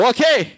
Okay